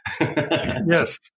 Yes